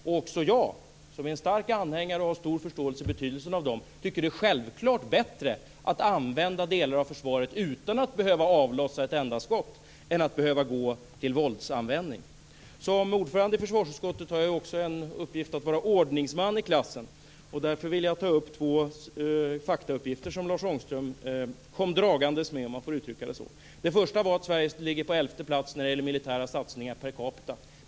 Och också jag, som är en stark anhängare och har stor förståelse för betydelsen av dem, tycker självfallet att det är bättre att använda delar av försvaret utan att behöva avlossa ett enda skott än att behöva använda våld. Som ordförande i försvarsutskottet har jag också som uppgift att vara ordningsman i klassen. Därför vill jag ta upp två faktauppgifter som Lars Ångström kom dragandes med, om man får uttrycka sig så. Den första var att Sverige ligger på elfte plats när det gäller militära satsningar per capita.